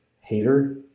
hater